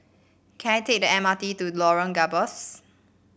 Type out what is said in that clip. can I take the M R T to Lorong Gambas